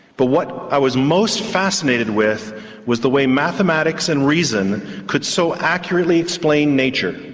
but what i was most fascinated with was the way mathematics and reason could so accurately explain nature,